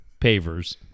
pavers